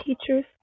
teachers